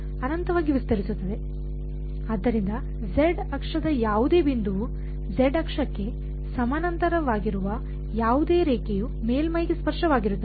ಆದ್ದರಿಂದ ಝೆಡ್ ಅಕ್ಷದ ಯಾವುದೇ ಬಿಂದುವು ಝೆಡ್ ಅಕ್ಷಕ್ಕೆ ಸಮಾನಾಂತರವಾಗಿರುವ ಯಾವುದೇ ರೇಖೆಯು ಮೇಲ್ಮೈಗೆ ಸ್ಪರ್ಶವಾಗಿರುತ್ತದೆ